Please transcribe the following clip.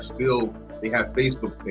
still they have facebook